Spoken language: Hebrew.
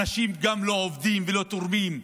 אנשים גם לא עובדים ולא תורמים בעבודה,